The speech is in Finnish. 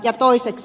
ja toiseksi